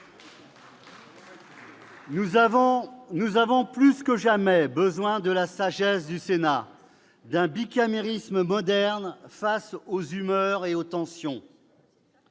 Nous avons plus que jamais besoin de la sagesse du Sénat, d'un bicamérisme moderne face aux humeurs et aux tensions.